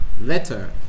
letter